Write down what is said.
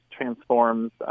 transforms